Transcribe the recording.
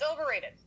overrated